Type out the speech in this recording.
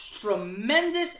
tremendous